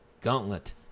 Gauntlet